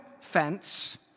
fence